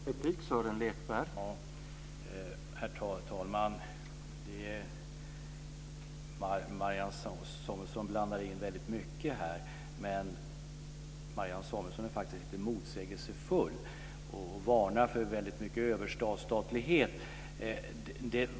Herr talman! Marianne Samuelsson blandar in väldigt mycket här. Men hon är faktiskt lite motsägelsefull och varnar för väldigt mycket överstatlighet.